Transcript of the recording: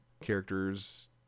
characters